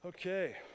Okay